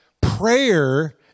prayer